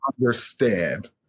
understand